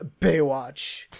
Baywatch